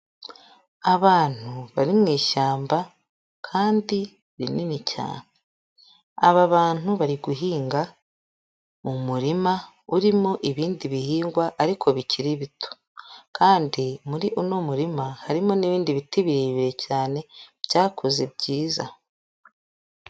Abantu bari mwishyamba kandi rinini cyane, aba bantu bari guhinga mu murima urimo ibindi bihingwa ariko bikiri bito, kandi muri uno murima harimo n'ibindi biti birebire cyane byakuze byiza.